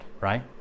right